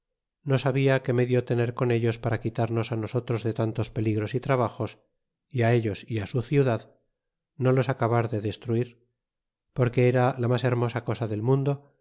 no sabia que medio a tener con ellos para quitarnos nosotros de tantos peligros y trabajos y al ellos y su ciudad no los acabar de destruir a porque era la mas hermosa cosa del mundo